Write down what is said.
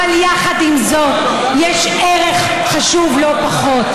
אבל יחד עם זאת יש ערך חשוב לא פחות,